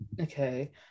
okay